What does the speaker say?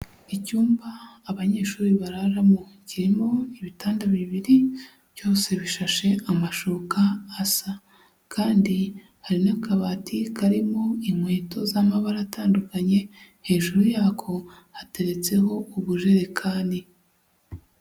Icyumba abanyeshuri bararamo kirimo ibitanda bibiri byose bishashe amashuka asa kandi hari n'akabati karimo inkweto z'amabara atandukanye, hejuru yako hateretseho ubujerekani.